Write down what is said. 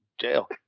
jail